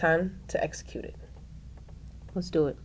time to execute it let's do it